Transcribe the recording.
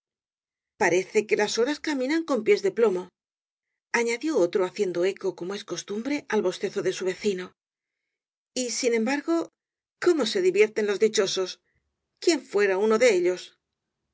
parece que las horas caminan con pies de plomo añadió otro haciendo eco como es costumbre al bostezo de su vecino y sin embargo cómo se divierten los dichosos quién fuera uno de ellos